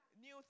New